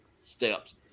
steps